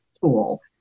tool